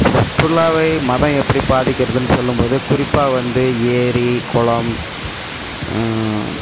சுற்றுலாவை மதம் எப்படி பாதிக்கிறதுனு சொல்லும் போது குறிப்பாக வந்து ஏரி குளம்